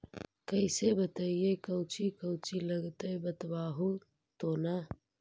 कैसे मिलतय कौची कौची लगतय बतैबहू तो न?